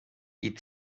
die